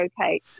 okay